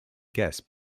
guests